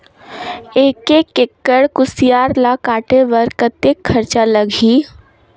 एक एकड़ कुसियार ल काटे बर कतेक खरचा लगही?